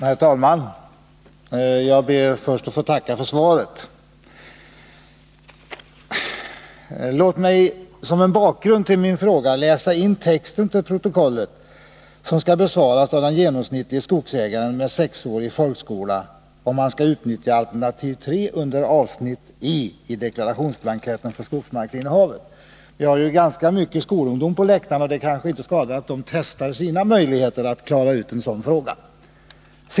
Herr talman! Jag ber först att få tacka för svaret. Låt mig som en bakgrund till min fråga läsa in till protokollet den text i deklarationsblanketten som den genomsnittlige skogsägaren, som har 6-årig folkskola, måste ta del av om han skall utnyttja alternativ 3 under avsnitt E vid redovisningen av skogsmarksinnehavet. Vi har ju ganska många skolungdomar på läktaren, och det kanske inte skadar att de testar sina möjligheter att förstå en sådan här text.